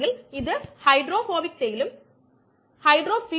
ഇങ്ങനെ ആണ് ഈ മോഡൽ പാരാമീറ്ററുകൾ വിലയിരുത്തുന്നത്